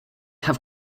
have